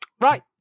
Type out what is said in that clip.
Right